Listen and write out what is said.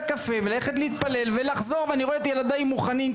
הקפה וללכת להתפלל ולחזור ואני רואה את ילדיי מוכנים,